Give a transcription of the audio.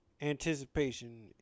anticipation